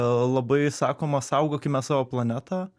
labai sakoma saugokime savo planetą